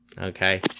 Okay